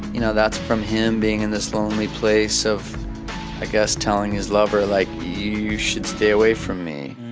you know, that's from him being in this lonely place of i guess telling his lover, like, you should stay away from me,